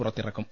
പുറത്തിറക്കും